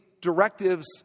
directives